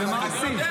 ומה עושים?